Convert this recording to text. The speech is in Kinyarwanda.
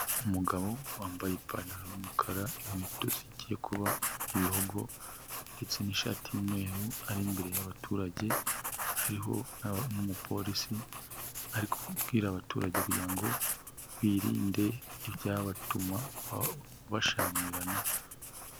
Umugabo wambaye ipantaro y'umukara, inkweto zigiye kuba ibihogo ndetse n'ishati y'umweru ari imbere yabaturage, hariho n'umupolisi ari kubwira abaturage kugira ngo birinde ibyabatuma bashyamirana.